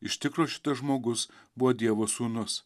iš tikro šitas žmogus buvo dievo sūnus